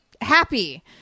happy